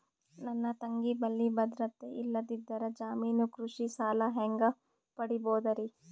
ನನ್ನ ತಂಗಿ ಬಲ್ಲಿ ಭದ್ರತೆ ಇಲ್ಲದಿದ್ದರ, ಜಾಮೀನು ಕೃಷಿ ಸಾಲ ಹೆಂಗ ಪಡಿಬೋದರಿ?